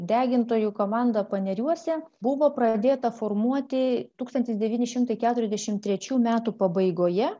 degintojų komanda paneriuose buvo pradėta formuoti tūkstantis devyni šimtai keturiasdešim trečių metų pabaigoje